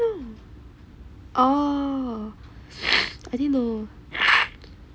oh I didn't know